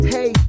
Hey